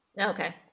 Okay